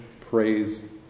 praise